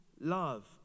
love